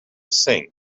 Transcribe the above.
sing